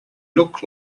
look